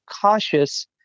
cautious